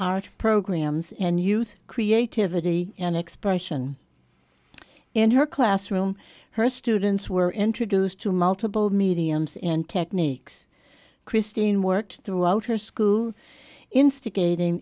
art programs and youth creativity and expression in her classroom her students were introduced to multiple mediums and techniques christine worked throughout her school instigating